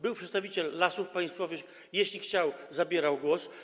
Był przedstawiciel Lasów Państwowych - jeśli chciał, zabierał głos.